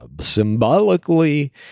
symbolically